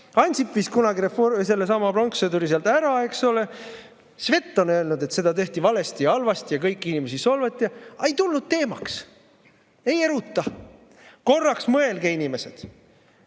Ansip viis kunagi sellesama pronkssõduri sealt ära, eks ole. Svet on öelnud, et seda tehti valesti ja halvasti ja kõiki inimesi solvati. Aga ei tulnud teemaks. Ei eruta. Korraks mõelge, inimesed!